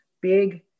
big